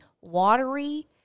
watery